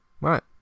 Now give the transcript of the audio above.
Right